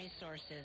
resources